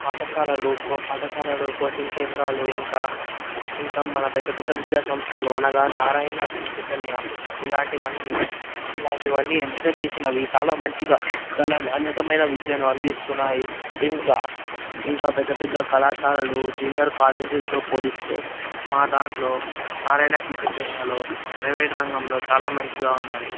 పాఠశాలలు పాఠశాలలో కోచింగ్ కేంద్రాలు ఇంకా ఇంకా మన పెద్ద పెద్ద విద్యా సంస్థలు అనగా నారాయణ శ్రీ చైతన్య ఇలాంటివన్నీ ఇలాంటివన్నీ ఎంపిక చేసినవి చాలా మంచిగా చాలా నాణ్యతమైన విద్యను అందిస్తున్నాయి ఇంకా ఇంకా పెద్ద పెద్ద కళాశాలలు జూనియర్ కాలేజీలతో పోలిస్తే మా దాంట్లో నారాయణ శ్రీ చైతన్యలో ప్రైవేట్ రంగంలో చాలా మంచిగా ఉన్నాయి